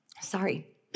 sorry